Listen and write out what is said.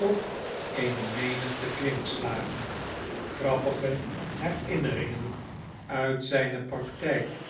tot eene menigte kwinkslagen grappige herinneringen uit zijne praktijk